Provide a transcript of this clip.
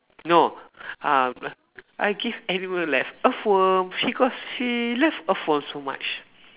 no um I give animal like earthworm because she love earthworm so much